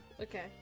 Okay